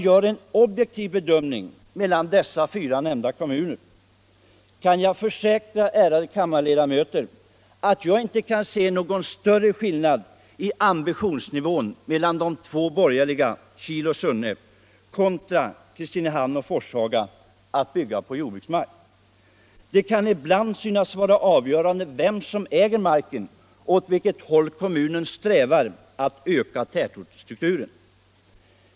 Vid en objektiv bedömning av dessa fyra nämnda kommuner kan jag, ärade kammarledamöter, inte se någon större skillnad i ambitionsnivå mellan de två borgerliga, Kil och Sunne, och de två socialdemokratiska, Kristinehamn och Forshaga, när det gäller att bygga på jordbruksmark. Det kan ibland synas vara avgörande vem som äger marken och åt vilket håll kommunen strävar att öka tätortsstrukturen.